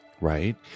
right